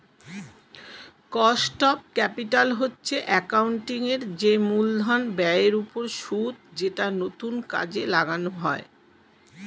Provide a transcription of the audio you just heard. cost of capital হচ্ছে accounting এর যে মূলধন ব্যয়ের ওপর সুদ যেটা নতুন কাজে লাগানো হয়